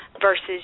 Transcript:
versus